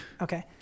Okay